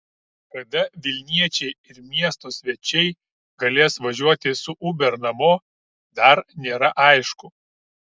kada vilniečiai ir miesto svečiai galės važiuoti su uber namo dar nėra aišku